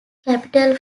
capital